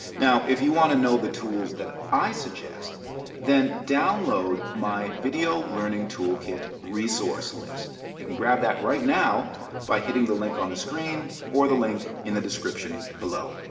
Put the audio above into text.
now, if you want to know the tools that i suggest then download my video learning toolkit resource list. you can grab that right now by hitting the link on the screen, or the link in the description, below.